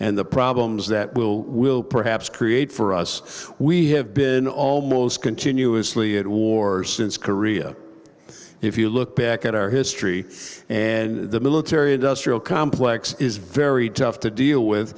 and the problems that will will perhaps create for us we have been almost continuously at war since korea if you look back at our history and the military industrial complex is very tough to deal with